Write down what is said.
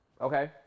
Okay